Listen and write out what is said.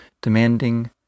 demanding